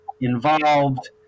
involved